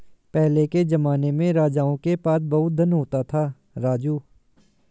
पहले के जमाने में राजाओं के पास बहुत धन होता था, राजू